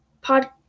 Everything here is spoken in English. pod